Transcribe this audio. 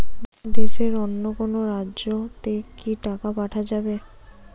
দেশের অন্য কোনো রাজ্য তে কি টাকা পাঠা যাবে?